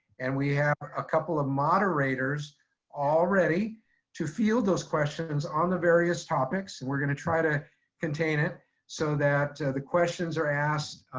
and we have a couple of moderators already to field those questions on the various topics. and we're gonna try to contain it so that the questions are asked